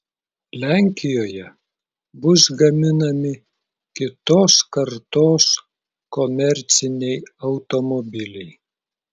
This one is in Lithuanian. lenkijoje bus gaminami kitos kartos komerciniai automobiliai